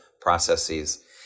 processes